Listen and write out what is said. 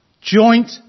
joint